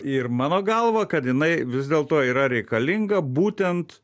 ir mano galva kad jinai vis dėlto yra reikalinga būtent